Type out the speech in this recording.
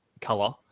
color